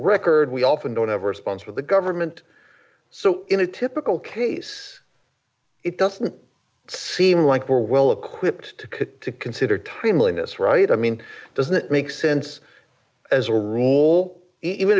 record we often don't ever sponsor the government so in a typical case it doesn't seem like we're well equipped to consider timeliness right i mean doesn't it make sense as a d role even